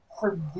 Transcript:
forgive